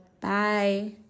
Bye